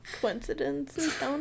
Coincidences